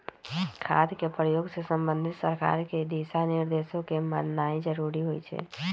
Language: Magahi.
खाद के प्रयोग से संबंधित सरकार के दिशा निर्देशों के माननाइ जरूरी होइ छइ